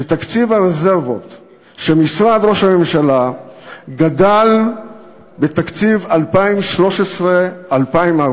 שתקציב הרזרבות של משרד ראש הממשלה גדל בתקציב 2013 2014